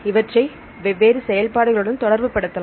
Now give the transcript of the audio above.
இவற்றை வெவ்வேறு செயல்பாடுகளுடன் தொடர்பு படுத்தலாம்